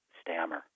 stammer